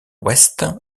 ouest